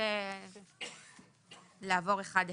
ננסה לעבור אחד אחד.